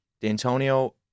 D'Antonio